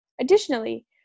Additionally